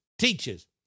Teachers